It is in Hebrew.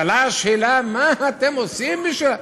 שבו נשאלה השאלה: מה אתם עושים בשבילם?